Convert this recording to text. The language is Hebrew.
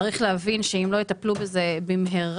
צריך להבין שאם לא יטפלו בזה במהרה,